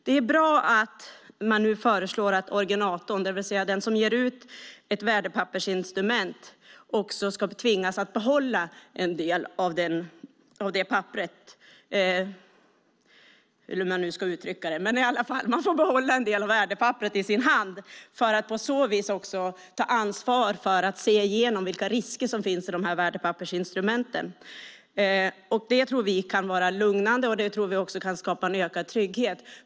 Det är bra att man föreslår att originatorn, det vill säga den som ger ut ett värdepappersinstrument, också ska tvingas behålla en del av värdepapperet för att på så vis ta ansvar för vilka risker som finns i värdepappersinstrumenten. Det tror vi kan vara lugnande och skapa en ökad trygghet.